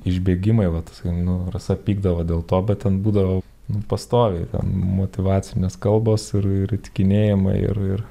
išbėgimai vat nu rasa pykdavo dėl to bet ten būdavo pastoviai ten motyvacinės kalbos ir ir įtikinėjimai ir ir